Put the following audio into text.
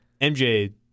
MJ